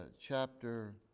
chapter